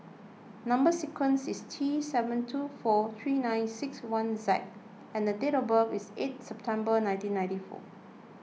Number Sequence is T seven two four three nine six one Z and date of birth is eight September nineteen ninety four